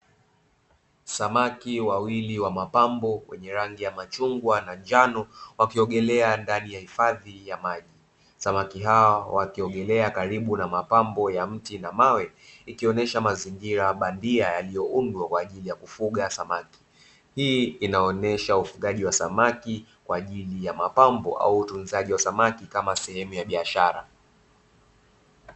Samaki wawili wa mapambo wenye rangi ya machungwa na njano wakiogelea ndani ya hifadhi ya maji. Samaki hawa wakiogelea karibu na mapambo ya miti na mawe ikionyesha mazingira bandia yaliyoundwa kwa ajili ya kufuga samaki. Hii inaonyesha ufugaji wa samaki kwa ajili ya mapambo au utunzaji wa samaki kama sehemu ya biashara.